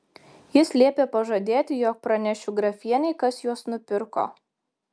jis liepė pažadėti jog pranešiu grafienei kas juos nupirko